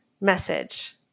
message